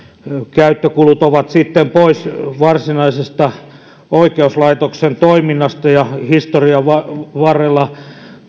käyttökulut ovat sitten pois varsinaisesta oikeuslaitoksen toiminnasta historian varrella